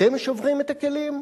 אתם שוברים את הכלים,